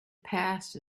past